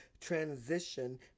transition